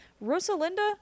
Rosalinda